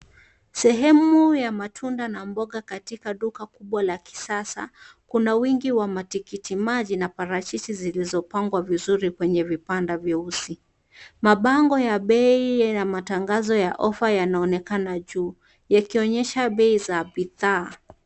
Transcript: Sehemu ya matunda na mboga katika duka kubwa la kisasa kuna wingi wa matikiti maji na parachichi zilizopangwa vizuri kwenye vibanda vyeusi. Mabango ya bei na matangazo ya ofa yanaonekana juu yakionyesha bei za bidhaa.